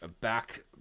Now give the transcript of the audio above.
back